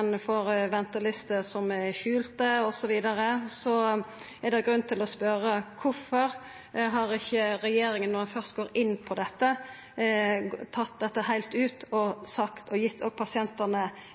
ein får ventelister som er skjulte, osv., er det grunn til å spørja: Kvifor har ikkje regjeringa, når ein først går inn for dette, tatt dette heilt ut